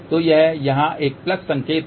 तो यह यहाँ एक प्लस संकेत है